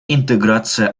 интеграция